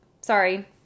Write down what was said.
sorry